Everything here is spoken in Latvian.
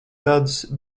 gadus